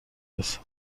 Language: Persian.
رسم